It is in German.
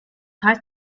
heißt